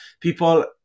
people